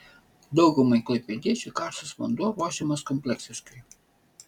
daugumai klaipėdiečių karštas vanduo ruošiamas kompleksiškai